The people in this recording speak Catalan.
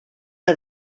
que